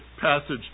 passage